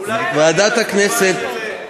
ועדת הכנסת,